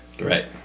right